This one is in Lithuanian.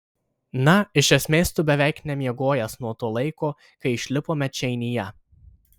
na iš esmės tu beveik nemiegojęs nuo to laiko kai išlipome čeinyje